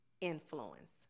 Influence